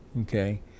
Okay